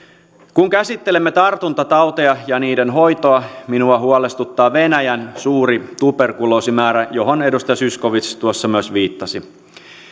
kun käsittelemme tartuntatauteja ja niiden hoitoa minua huolestuttaa venäjän suuri tuberkuloosimäärä johon myös edustaja zyskowicz tuossa viittasi